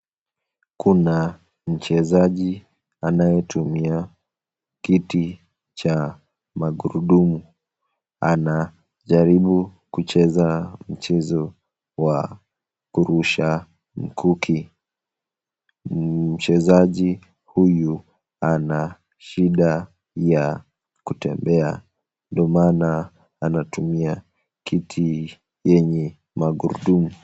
Kuna mchezaji anayetumia kitu cha magurudumu. Anajaribu kucheza mchezo wa kurusha mkuki. mchezaji huyu ana shida ya kutembea ndo maanaanatumia kiti yenye magurudumu.